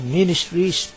Ministries